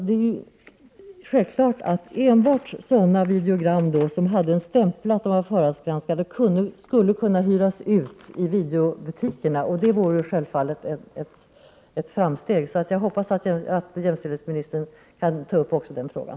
Det vore självfallet ett framsteg om enbart sådana videogram som hade en stämpel om att de var förhandsgranskade skulle kunna hyras ut av videobutikerna. Jag hoppas att jämställdhetsministern också kan ta upp den frågan.